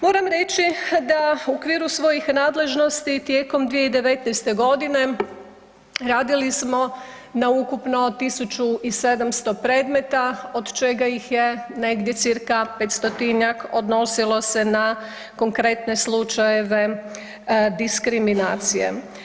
Moram reći da u okviru svojih nadležnosti tijekom 2019. godine radili smo na ukupno 1.700 predmeta od čega ih je negdje 500-tinjak odnosilo se na konkretne slučajeve diskriminacije.